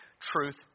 truth